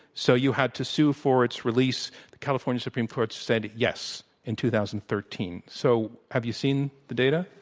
so you had to sue for its release. the california supreme court said yes in two thousand and thirteen. so have you seen the data?